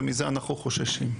ומזה אנחנו חוששים.